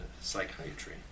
psychiatry